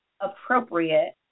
appropriate